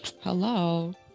hello